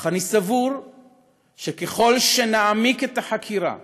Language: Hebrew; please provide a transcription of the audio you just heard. אך אני סבור שככל שנעמיק את החקירה